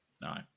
No